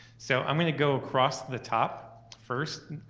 so i'm gonna go across the top first.